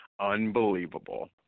unbelievable